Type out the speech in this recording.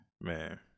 man